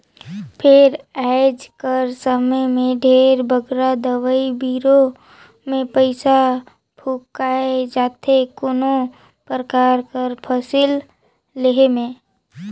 फेर आएज कर समे में ढेरे बगरा दवई बीरो में पइसा फूंकाए जाथे कोनो परकार कर फसिल लेहे में